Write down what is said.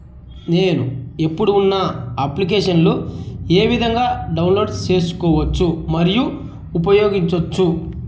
నేను, ఇప్పుడు ఉన్న అప్లికేషన్లు ఏ విధంగా డౌన్లోడ్ సేసుకోవచ్చు మరియు ఉపయోగించొచ్చు?